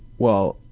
well,